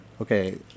okay